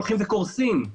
הולכים וקורסים,